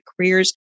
careers